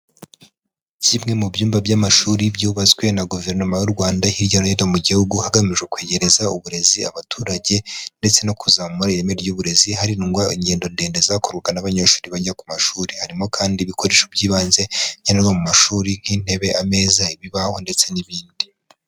Kimwe mu byumba by'amashuri byubatswe na Guverinoma y'u Rwanda hirya no hino mu gihugu, hagamijwe kwegereza uburezi abaturage ndetse no kuzamura ireme ry'uburezi harindwa ingendo ndende zakorwaga n'abanyeshuri bajya ku mashuri. Harimo kandi ibikoresho by'ibanze nkenerwa mu mashuri nk'intebe, ameza, ibibaho ndetse n'ibindi.